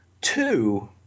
Two